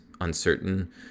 uncertain